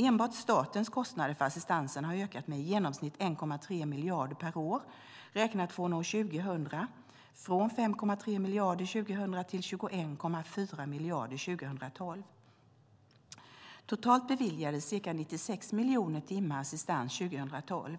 Enbart statens kostnader för assistansen har ökat med i genomsnitt 1,3 miljarder per år räknat från år 2000 - från 5,3 miljarder 2000 till 21,4 miljarder 2012. Totalt beviljades ca 96 miljoner timmar assistans 2012.